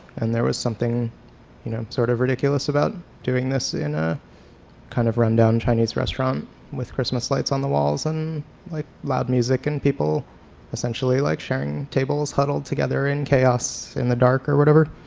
and there was something you know sort of ridiculous about doing this in a kind of run down chinese restaurant with christmas lights on the walls and like loud music and people essentially like sharing tables huddled together in chaos in the dark or whatever.